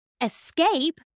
escape